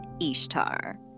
Ishtar